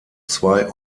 zwei